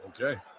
Okay